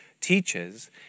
teaches